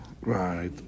Right